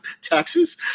taxes